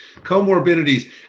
comorbidities